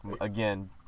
again